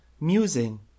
musing